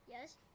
Yes